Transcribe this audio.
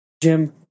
Jim